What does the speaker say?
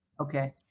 Okay